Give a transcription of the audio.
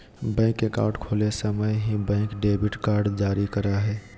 bank account खोले समय ही, बैंक डेबिट कार्ड जारी करा हइ